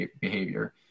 behavior